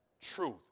truth